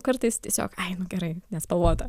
kartais tiesiog ai nu gerai nespalvota